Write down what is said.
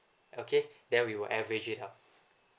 okay then we will average it up